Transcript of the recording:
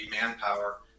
manpower